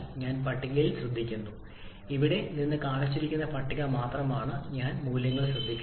ഞാൻ അത് പട്ടികയിൽ നിന്ന് ശ്രദ്ധിക്കുന്നു അവിടെ നിന്ന് കാണിച്ചിരിക്കുന്ന പട്ടിക മാത്രമാണ് ഞാൻ ഈ മൂല്യങ്ങൾ ശ്രദ്ധിക്കുന്നത്